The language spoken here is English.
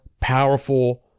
powerful